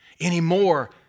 anymore